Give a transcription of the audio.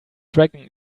dragon